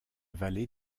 vallée